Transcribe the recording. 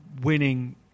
winning